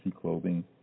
Clothing